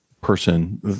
person